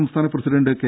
സംസ്ഥാന president K